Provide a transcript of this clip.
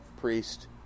priest